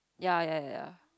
ya ya ya